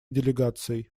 делегацией